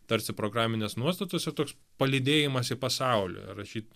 tarsi programinės nuostatos ir toks palydėjimas į pasaulį rašyt